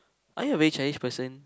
are you a very childish person